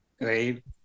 Right